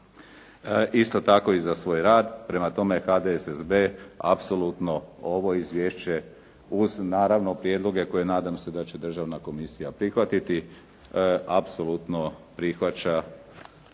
isto tako i za svoj rad. Prema tome, HDSSB-a, apsolutno ovo izvješće, uz naravno prijedloge koje nadam se da će državna komisija prihvatiti apsolutno prihvaća.